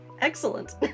Excellent